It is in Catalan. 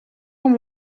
amb